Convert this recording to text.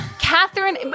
Catherine